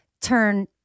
turn